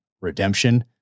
Redemption